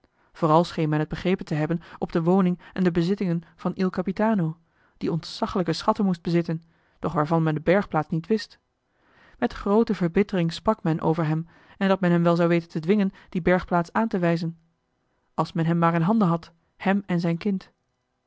scheen men het begrepen te hebben op de woning en de bezittingen van il capitano die ontzaglijke schatten moest bezitten doch waarvan men de bergplaats niet wist met groote verbittering sprak men over hem en dat men hem wel zou weten te dwingen die bergplaats aan te wijzen als men hem maar in handen had hem en zijn kind